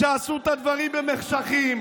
שעשו את הדברים במחשכים.